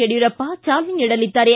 ಯಡಿಯೂರಪ್ಪ ಚಾಲನೆ ನೀಡಲಿದ್ದಾರೆ